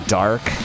dark